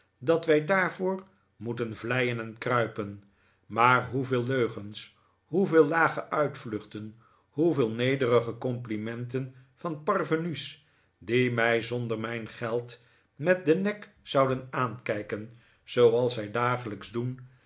dat wij daarvoor moeten vleien en kruipen maar hoeveel leugens hoeveel lage uitvluchten hoeveel nederige complimenten van parvenu's die mij zonder mijn geld met den nek zouden aankijken zooals zij dagelijks doen